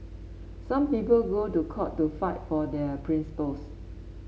some people go to court to fight for their principles